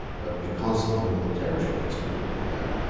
but because the northern territory kids couldn't do that,